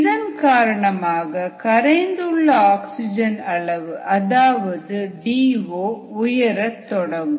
இதன் காரணமாக கரைந்துள்ள ஆக்ஸிஜன் அளவு அதாவது டிஓ உயரத் தொடங்கும்